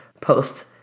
post